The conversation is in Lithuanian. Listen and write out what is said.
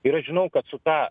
ir aš žinau kad su ta